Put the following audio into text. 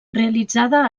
realitzada